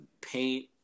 paint